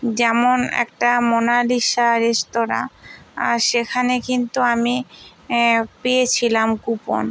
যেমন একটা Mona Lisa restaurant আর সেখানে কিন্তু আমি পেয়েছিলাম কুপন